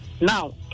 now